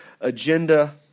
agenda